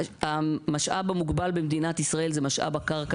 המשאב המוגבל במדינת ישראל הוא משאב הקרקע,